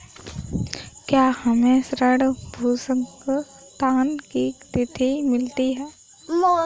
क्या हमें ऋण भुगतान की तिथि मिलती है?